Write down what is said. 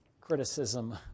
criticism